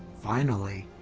finally!